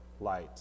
light